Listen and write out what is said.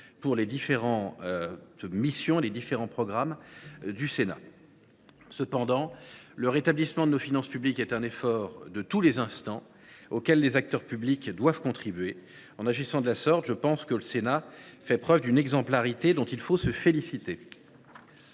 pour les missions et les programmes du Sénat. Cependant, le rétablissement de nos finances publiques est un effort de tous les instants auquel les acteurs publics doivent contribuer. En agissant de la sorte, le Sénat fait preuve d’une exemplarité dont il faut se féliciter.